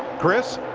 chris?